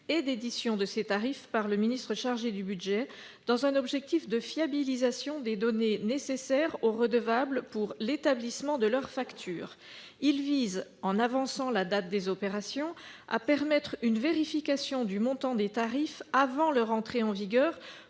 et d'édition de ces tarifs par le ministre chargé du budget, dans un objectif de fiabilisation des données nécessaires aux redevables pour l'établissement de leurs factures. Il vise, en avançant la date des opérations, à permettre une vérification du montant des tarifs avant leur entrée en vigueur